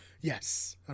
Yes